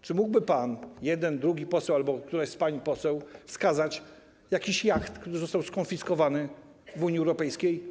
Czy mógłby pan poseł, jeden, drugi poseł, albo któraś z pań poseł wskazać jakiś jacht, który został skonfiskowany oligarsze w Unii Europejskiej?